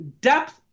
depth